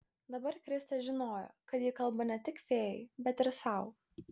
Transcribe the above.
dabar kristė žinojo kad ji kalba ne tik fėjai bet ir sau